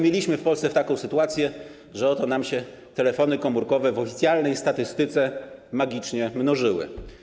Mieliśmy w Polsce taką sytuację, że oto nam się telefony komórkowe w oficjalnej statystyce magicznie mnożyły.